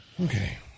Okay